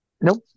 nope